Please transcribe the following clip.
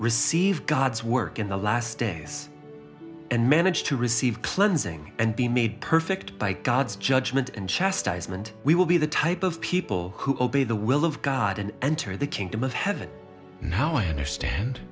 receive god's work in the last days and manage to receive cleansing and be made perfect by god's judgment and chastisement we will be the type of people who obey the will of god and enter the kingdom of heaven now i understand